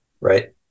Right